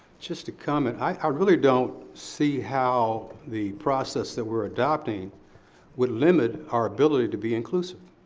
just a comment. i really don't see how the process that we're adopting would limit our ability to be inclusive.